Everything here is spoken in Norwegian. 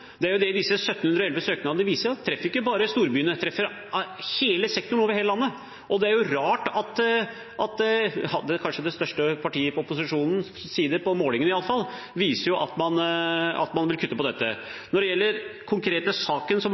Det er jo det disse 1 711 søknadene viser, at de treffer ikke bare storbyene, de treffer hele sektoren, over hele landet. Det er rart at det kanskje største partiet på opposisjonens side – på målingene, iallfall – viser at man vil kutte på dette. Når det gjelder den konkrete saken man